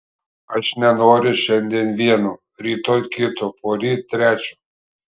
aš nenoriu šiandien vieno rytoj kito poryt trečio